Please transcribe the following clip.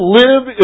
live